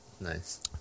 Nice